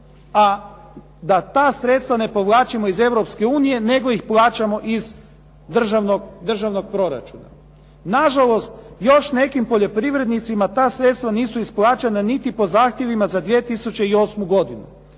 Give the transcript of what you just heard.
a da ta sredstva ne povlačimo iz Europske unije nego ih plaćamo iz državnog proračuna. Nažalost, još nekim poljoprivrednicima ta sredstva nisu isplaćena niti po zahtjevima za 2008. godinu.